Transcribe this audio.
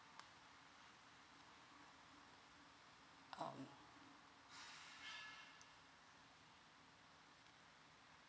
um